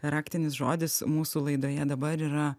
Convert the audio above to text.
raktinis žodis mūsų laidoje dabar yra